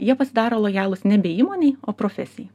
jie pasidaro lojalūs nebe įmonei o profesijai